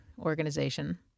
organization